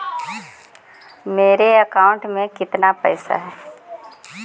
मेरे अकाउंट में केतना पैसा है?